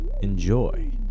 enjoy